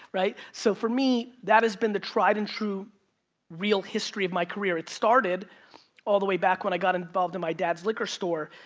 so for me, that has been the tried-and-true real history of my career. it started all the way back when i got involved in my dad's liquor store.